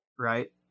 Right